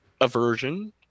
aversion